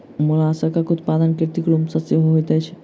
मोलास्कक उत्पादन कृत्रिम रूप सॅ सेहो होइत छै